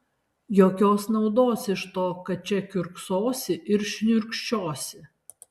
jokios naudos iš to kad čia kiurksosi ir šniurkščiosi